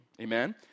Amen